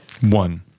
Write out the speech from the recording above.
one